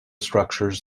structures